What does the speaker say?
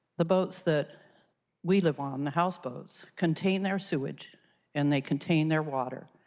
the boats that we live on, houseboats, contained their sewage and they contain their water.